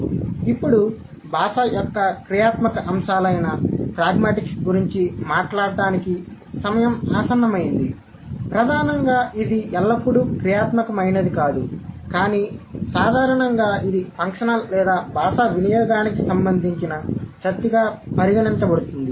మరియు ఇప్పుడు భాష యొక్క క్రియాత్మక అంశాలైన ప్రాగ్మాటిక్స్ గురించి మాట్లాడటానికి సమయం ఆసన్నమైంది ప్రధానంగా ఇది ఎల్లప్పుడూ క్రియాత్మకమైనది కాదు కానీ సాధారణంగా ఇది ఫంక్షనల్ లేదా భాషా వినియోగానికి సంబంధించిన చర్చగా పరిగణించబడుతుంది